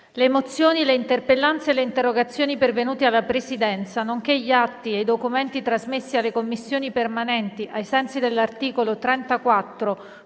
Le mozioni, le interpellanze e le interrogazioni pervenute alla Presidenza, nonché gli atti e i documenti trasmessi alle Commissioni permanenti ai sensi dell'articolo 34,